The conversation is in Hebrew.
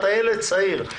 אתה ילד צעיר.